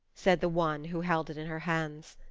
said the one who held it in her hands.